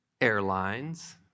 airlines